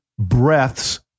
breaths